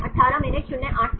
PSSM